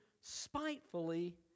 spitefully